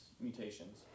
mutations